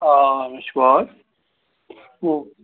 آ مےٚ چھُ باغ